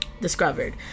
discovered